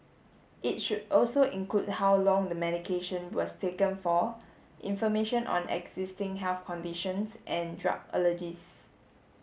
it should also include how long the medication was taken for information on existing health conditions and drug allergies